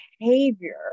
behavior